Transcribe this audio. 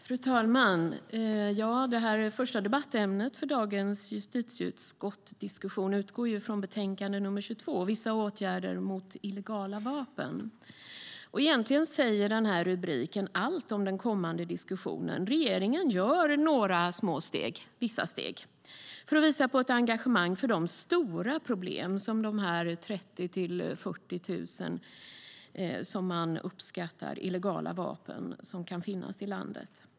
Fru talman! Det första debattämnet för dagens justitieutskottsdiskussion utgår från betänkande nr 22, Vissa åtgärder mot illegala vapen . Egentligen säger rubriken allt om den kommande diskussionen. Regeringen gör några små steg - vissa steg - för att visa ett engagemang för de stora problemen med de 30 000-40 000 illegala vapen som man uppskattar kan finnas i landet.